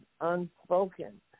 unspoken